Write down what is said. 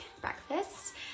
breakfast